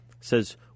says